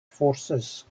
forces